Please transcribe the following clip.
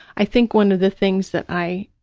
i think one of the things that i,